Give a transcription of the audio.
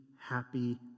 happy